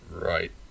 Right